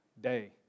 day